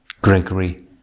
Gregory